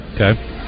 Okay